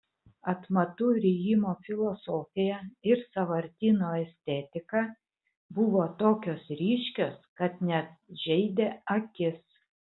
atmatų rijimo filosofija ir sąvartyno estetika buvo tokios ryškios kad net žeidė akis